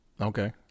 Okay